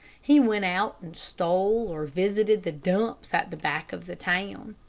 he went out and stole, or visited the dumps at the back of the town.